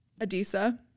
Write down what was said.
Adisa